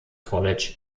college